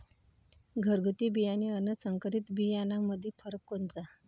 घरगुती बियाणे अन संकरीत बियाणामंदी फरक कोनचा?